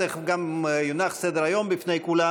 תכף גם יונח סדר-היום לפני כולם